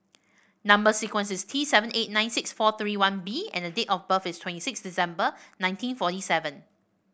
number sequence is T seven eight ninety six four three one B and the date of birth is twenty six December nineteen forty seven